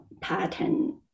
pattern